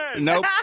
Nope